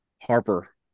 Harper